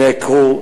נעקרו,